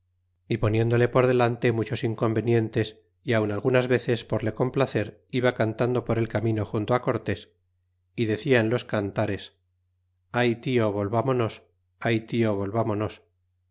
y poniéndole por delante muchos inconvenientes y aun algunas veces por le complacer iba cantando por el camino junto cortés y decia en los cantares ay tio volvamonos ay ho volvamonos